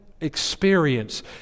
experience